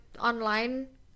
online